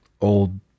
Old